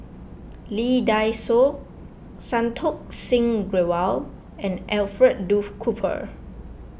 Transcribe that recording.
Lee Dai Soh Santokh Singh Grewal and Alfred Duff Cooper